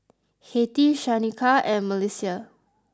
Hattie Shaneka and Melissia